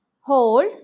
hold